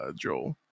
Joel